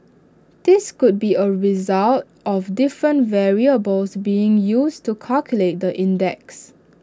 this could be A result of different variables being used to calculate the index